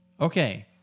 Okay